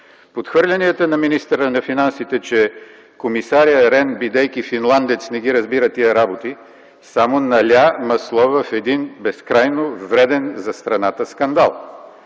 Подхвърлянията на министъра на финансите, че комисарят Рен, бидейки финландец, не разбира тия работи, само наля масло в един безкрайно вреден за страната скандал.